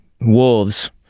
wolves